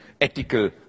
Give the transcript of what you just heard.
ethical